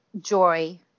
joy